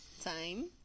time